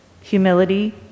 humility